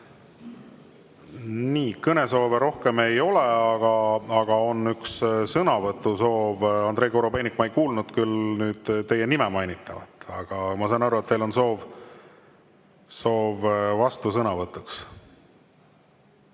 on … Kõnesoove rohkem ei ole, aga on üks sõnavõtusoov. Andrei Korobeinik, ma ei kuulnud teie nime mainitavat, aga ma saan aru, et teil on soov vastusõnavõtuks.